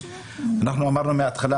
אנחנו אמרנו מהתחלה,